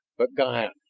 but ga-n,